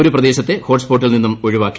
ഒരു പ്രദേശത്തെ ഹോട്ട് സ്പോട്ടിൽ നിന്നും ഒഴിവാക്കി